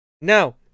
Now